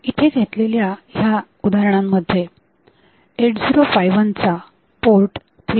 इथे घेतलेल्या ह्या या उदाहरणांमध्ये 8051 चा पोर्ट 3